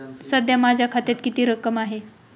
सध्या माझ्या खात्यात किती रक्कम आहे?